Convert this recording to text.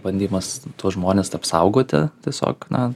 bandymas tuos žmones apsaugoti tiesiog na